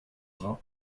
rhin